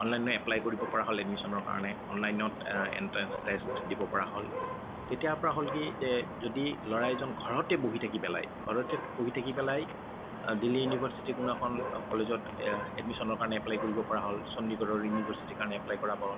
অনলাইনত এপ্লাই কৰিব পৰা হ'ল এডিমিশ্যনৰ কাৰণে অনলাইনত এণ্ট্ৰেঞ্চ টেষ্ট দিব পৰা হ'ল তেতিয়াৰ পৰা হ'ল কি যে যদি ল'ৰা এজন ঘৰতে বহি থাকি পেলাই ঘৰতে পঢ়ি থাকি পেলাই ঘৰতে পঢ়ি থাকি পেলাই দিল্লী ইউনিভাৰ্চিটিৰ কোনোবা এখন কলেজত এডমিশ্যনৰ কাৰণে এপ্লাই কৰিব পৰা হ'ল চণ্ডিগড়ৰৰ ইউনিভাৰ্চিটিৰ কাৰণে এপ্লাই কৰা হ'ল